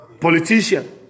politician